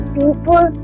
people